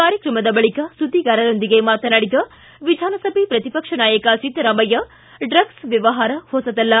ಕಾರ್ಯಕ್ರಮದ ಬಳಿಕ ಸುದ್ದಿಗಾರರೊಂದಿಗೆ ಮತನಾಡಿದ ವಿಧಾನಸಭೆ ಪ್ರತಿಪಕ್ಷ ನಾಯಕ ಸಿದ್ದರಾಮಯ್ಯ ಡ್ರಗ್ಸ್ ವ್ಯವಹಾರ ಹೊಸತಲ್ಲ